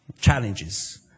Challenges